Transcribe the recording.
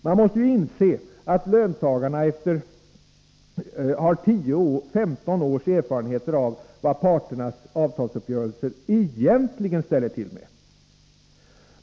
Man måste ju inse att löntagarna har 10-15 års erfarenheter av vad parternas avtalsuppgörelser egentligen ställer till med.